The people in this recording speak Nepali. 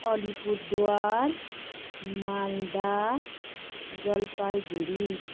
अलीपुरद्वार मालदा जलपाइगुडी